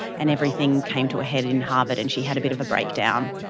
and everything came to a head in harvard and she had a bit of a breakdown.